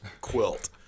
quilt